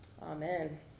Amen